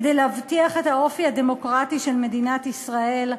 כדי להבטיח את האופי הדמוקרטי של מדינת ישראל,